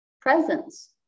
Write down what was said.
presence